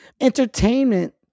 Entertainment